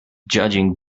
judging